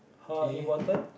K